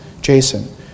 Jason